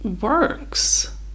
works